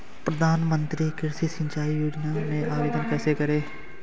प्रधानमंत्री कृषि सिंचाई योजना में आवेदन कैसे करें?